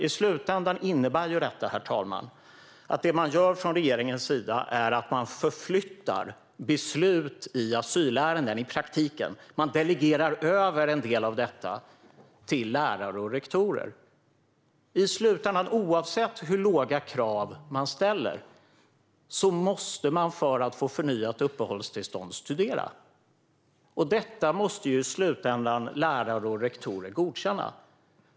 I slutändan innebär detta, herr talman, att regeringen i praktiken förflyttar och delegerar beslut i asylärenden till lärare och rektorer. Oavsett hur låga krav man ställer måste man i slutändan studera för att få förnyat uppehållstillstånd, och detta måste i slutändan lärare och rektorer godkänna.